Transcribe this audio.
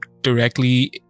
directly